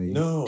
no